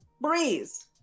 Breeze